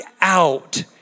out